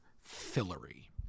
fillery